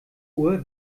uhr